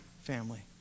family